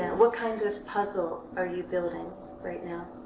what kind of puzzle are you building right now?